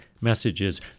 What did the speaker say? messages